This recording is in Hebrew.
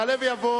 (חותמת על ההצהרה) יעלה ויבוא